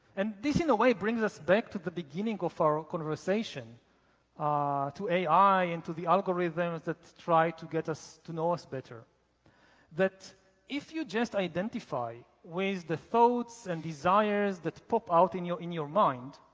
and this, in a way, brings us back to the beginning of our ah conversation ah to ai into the algorithms that try to get us to know us better that if you just identify with the thoughts and desires that pop out in your in your mind,